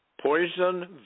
poison